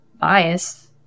bias